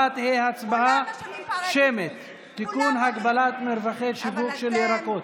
(תיקון, הגבלת מרווחי שיווק על ירקות)